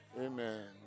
amen